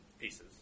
pieces